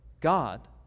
God